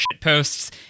posts